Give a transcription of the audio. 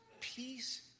peace